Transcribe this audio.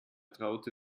traute